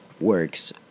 Works